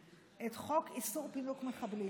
את חוק איסור פינוק מחבלים.